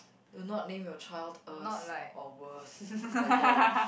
do not name your child ~orse or worse or love